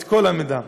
את כל המידע.